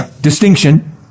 Distinction